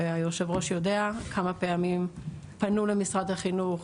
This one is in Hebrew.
ויושב הראש יודע כמה פעמים פנו למשרד החינוך,